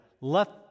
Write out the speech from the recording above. let